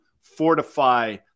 fortify